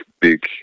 big